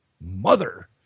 mother